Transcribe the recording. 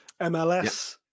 mls